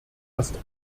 erst